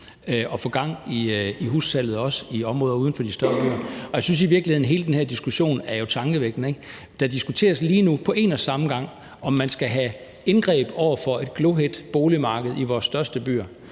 at få gang i hussalget, også i områder uden for de større byer. Jeg synes i virkeligheden, at hele den her diskussion er tankevækkende. Der diskuteres lige nu på en og samme tid, om man skal lave indgreb over for et glohedt boligmarked i vores største byer,